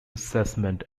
assessment